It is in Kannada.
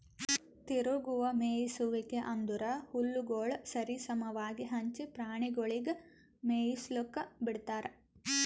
ತಿರುಗುವ ಮೇಯಿಸುವಿಕೆ ಅಂದುರ್ ಹುಲ್ಲುಗೊಳ್ ಸರಿ ಸಮವಾಗಿ ಹಂಚಿ ಪ್ರಾಣಿಗೊಳಿಗ್ ಮೇಯಿಸ್ಲುಕ್ ಬಿಡ್ತಾರ್